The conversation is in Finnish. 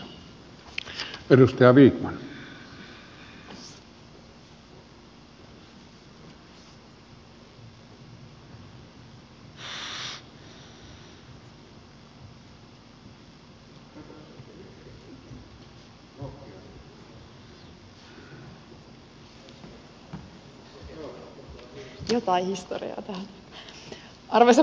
arvoisa puhemies